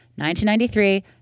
1993